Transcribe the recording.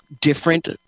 different